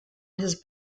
his